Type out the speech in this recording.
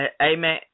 amen